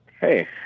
Hey